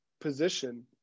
position